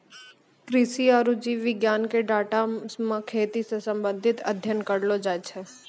कृषि आरु जीव विज्ञान के डाटा मे खेती से संबंधित अध्ययन करलो जाय छै